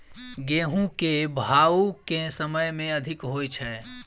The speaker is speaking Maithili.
गेंहूँ केँ भाउ केँ समय मे अधिक होइ छै?